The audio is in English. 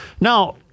Now